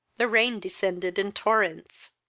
the rain descended in torrents.